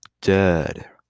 dead